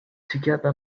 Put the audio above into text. together